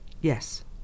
Yes